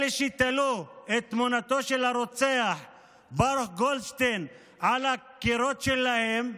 אלה שתלו את תמונתו של הרוצח ברוך גולדשטיין על הקירות שלהם בבתים,